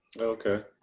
Okay